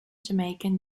jamaican